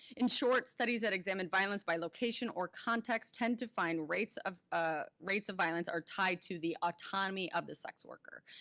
in short, studies that examine violence by location or context tend to find rates of ah rates of violence are tied to the autonomy of the sex worker.